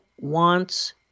wants